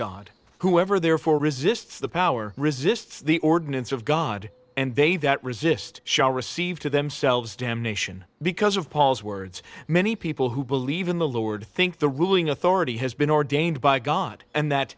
god whoever therefore resists the power resists the ordinance of god and they that resist shall receive to themselves damnation because of paul's words many people who believe in the lord think the ruling authority has been ordained by god and that